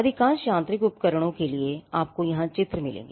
अधिकांश यांत्रिक उपकरणों के लिए आपको चित्र मिलेंगे